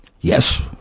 yes